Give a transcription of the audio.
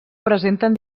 presenten